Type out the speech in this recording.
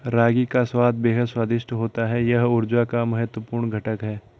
रागी का स्वाद बेहद स्वादिष्ट होता है यह ऊर्जा का महत्वपूर्ण घटक है